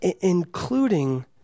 including